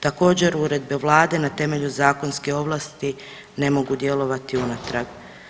Također uredbe Vlade na temelju zakonske ovlasti ne mogu djelovati unatrag.